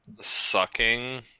sucking